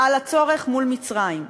על הצורך מול מצרים,